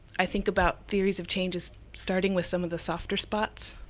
i think about theories of changes starting with some of the softer spots,